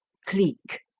cleek.